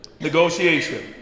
Negotiation